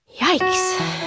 Yikes